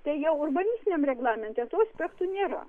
tau jau urbanistiniam reglamente to aspekto nėra